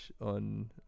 on